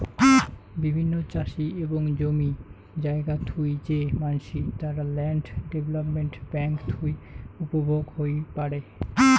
বিভিন্ন চাষি এবং জমি জায়গা থুই যে মানসি, তারা ল্যান্ড ডেভেলপমেন্ট বেঙ্ক থুই উপভোগ হই পারে